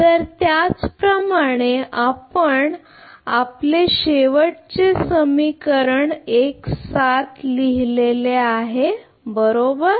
तर त्याचप्रमाणे आपण आपले शेवटचे समीकरण लिहिले आहे बरोबर